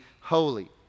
holy